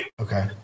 Okay